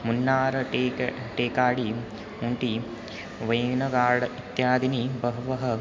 मुन्नारटेक टेकाडी ऊण्टि वैनगार्ड् इत्यादीनि बहवः